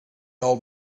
old